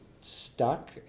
stuck